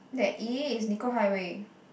there is Nicoll highway